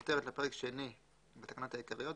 צריך להיות 31. בכותרת לפרק שני בתקנות העיקריות,